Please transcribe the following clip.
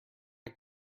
not